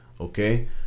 Okay